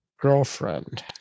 girlfriend